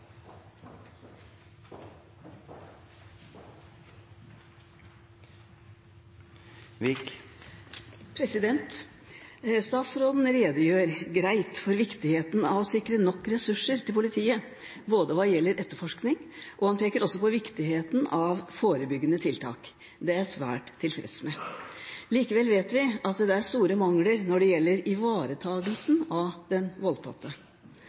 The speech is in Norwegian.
Statsråden redegjør greit for viktigheten av å sikre nok ressurser til politiet hva gjelder etterforskning, og han peker også på viktigheten av forebyggende tiltak. Det er jeg svært tilfreds med. Likevel vet vi at det er store mangler når det gjelder ivaretakelsen av den voldtatte.